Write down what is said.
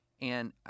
and-